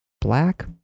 black